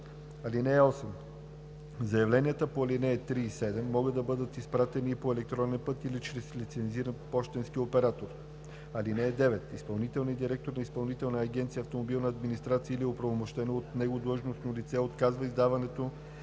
3 и 5. (8) Заявленията по ал. 3 и 7 могат да бъдат изпратени и по електронен път или чрез лицензиран пощенски оператор. (9) Изпълнителният директор на Изпълнителна агенция „Автомобилна администрация“ или оправомощено от него длъжностно лице отказва издаването